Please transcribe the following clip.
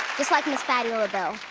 just like miss patti labelle.